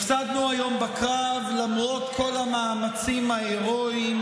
הפסדנו היום בקרב למרות כל המאמצים ההירואיים